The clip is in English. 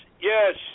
yes